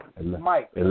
Mike